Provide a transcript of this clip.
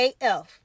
AF